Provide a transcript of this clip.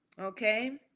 Okay